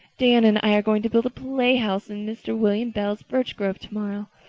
diana and i are going to build a playhouse in mr. william bell's birch grove tomorrow.